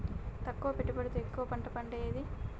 తక్కువ పెట్టుబడితో ఎక్కువగా పండే పంట ఏది?